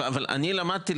אבל אני למדתי,